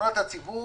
פיקדונות הציבור